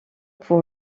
pour